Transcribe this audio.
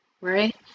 Right